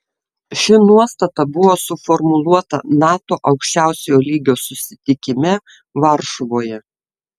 ši nuostata buvo suformuluota nato aukščiausiojo lygio susitikime varšuvoje